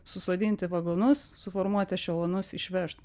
susodint į vagonus suformuot ešelonus išvežt